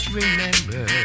remember